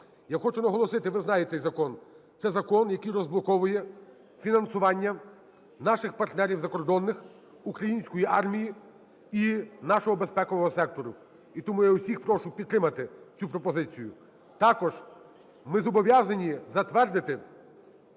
Я хочу наголосити, ви знаєте цей закон, це закон, який розблоковує фінансування наших партнерів закордонних української армії і нашого безпекового сектору. І тому я всіх прошу підтримати цю пропозицію. Також ми зобов'язані затвердити